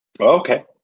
Okay